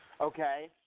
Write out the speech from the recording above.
Okay